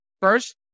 First